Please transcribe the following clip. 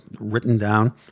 written-down